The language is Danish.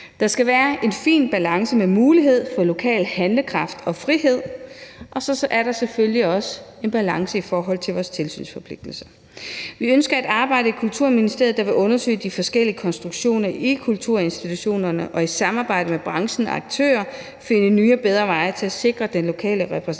Der skal være en fin balance med mulighed for lokal handlekraft og frihed, og så er der selvfølgelig også en balance i forhold til vores tilsynsforpligtelser. Vi ønsker et arbejde i Kulturministeriet, hvor man vil undersøge de forskellige konstruktioner i kulturinstitutionerne og i samarbejde med branchens aktører finde nye og bedre veje til at sikre den lokale repræsentation